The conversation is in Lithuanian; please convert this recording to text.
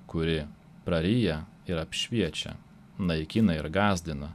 kuri praryja ir apšviečia naikina ir gąsdina